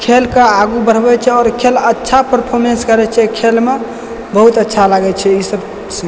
खेलके आगू बढ़बैत छै आओर खेल अच्छा परफॉर्मेंस करैत छै खेलम बहुत अच्छा लागैत छै ईसभ चीज